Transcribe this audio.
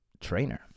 trainer